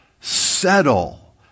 settle